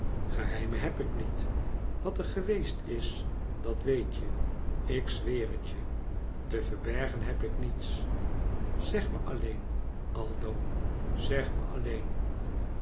geheimen heb ik niet wat er geweest is dat weet je ik zweer hetje te verbergen heb ik niets zeg me alleen aldo zeg me alleen